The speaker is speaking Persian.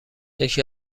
یکی